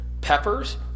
Pepper's